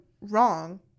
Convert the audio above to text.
wrong